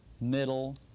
middle